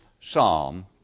Psalm